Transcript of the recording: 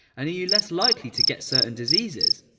and are you less likely to get certain diseases?